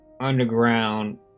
underground